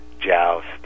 Joust